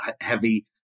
heavy